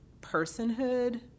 personhood